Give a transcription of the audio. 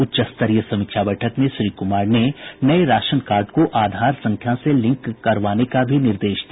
उच्च स्तरीय समीक्षा बैठक में श्री कुमार ने नये राशन कार्ड को आधार संख्या से लिंक करवाने का भी निर्देश दिया